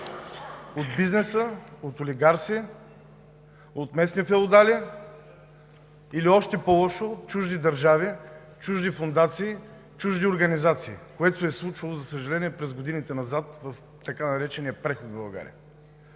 от бизнеса, от олигарси, от местни феодали или още по-лошо – от чужди държави, от чужди фондации, чужди организации, което се е случило, за съжаление, през годините назад в така наречения преход в България.